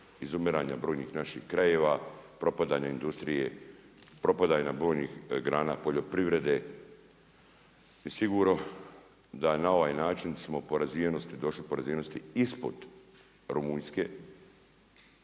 izumiranja brojnih naših krajeva, propadanje industrije, propadanje brojnih grana poljoprivrede i sigurno da smo na ovaj način po razvijenosti došli ispod Rumunjske,